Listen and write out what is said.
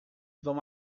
vão